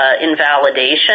invalidation